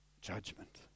judgment